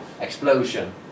explosion